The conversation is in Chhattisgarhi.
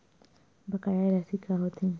बकाया राशि का होथे?